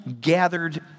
gathered